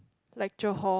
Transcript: lecture hall